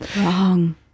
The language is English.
Wrong